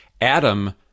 Adam